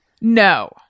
No